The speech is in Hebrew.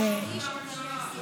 איזה קטע.